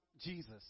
Jesus